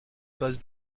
pose